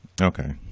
Okay